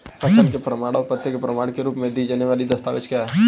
पहचान के प्रमाण और पते के प्रमाण के रूप में दिए जाने वाले दस्तावेज क्या हैं?